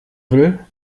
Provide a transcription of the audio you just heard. will